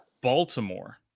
baltimore